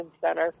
Center